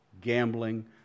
gambling